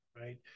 Right